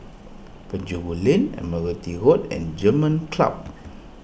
Penjuru Lane Admiralty Road and German Club